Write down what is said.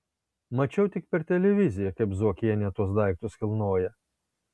mačiau tik per televiziją kaip zuokienė tuos daiktus kilnoja